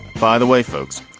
by the way, folks,